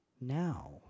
now